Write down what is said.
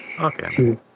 Okay